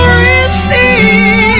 receive